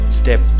step